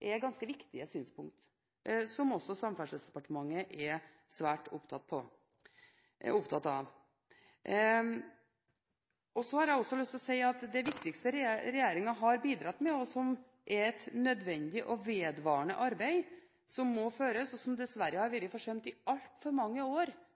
er ganske viktige synspunkter som også Samferdselsdepartementet er svært opptatt av. Så har jeg også lyst til å si at det viktigste regjeringen har bidratt med, og som er et nødvendig og vedvarende arbeid som må føres, og som dessverre har vært forsømt i altfor mange år